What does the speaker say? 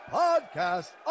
podcast